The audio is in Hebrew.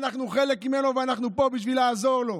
אנחנו חלק ממנו ואנחנו פה בשביל לעזור לו.